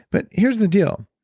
but here's the deal,